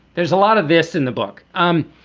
there's a lot of this in the book. um